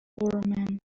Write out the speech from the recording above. فورمن